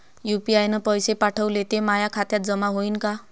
UPI न पैसे पाठवले, ते माया खात्यात जमा होईन का?